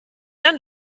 dann